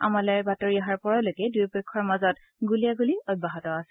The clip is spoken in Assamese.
আমালৈ বাতৰি অহাৰ পৰলৈকে দয়োপক্ষৰ মাজত গুলীয়াগুলী অব্যাহত আছিল